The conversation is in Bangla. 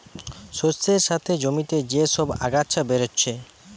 শস্যের সাথে জমিতে যে সব আগাছা বেরাচ্ছে